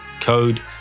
code